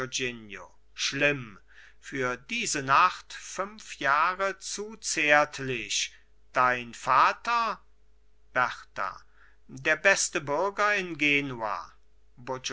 bourgognino schlimm für diese nacht fünf jahre zu zärtlich dein vater berta der beste bürger in genua